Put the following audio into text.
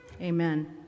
Amen